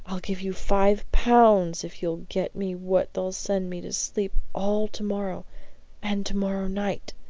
i'll give you five pounds if you get me what'll send me to sleep all to-morrow and to-morrow night!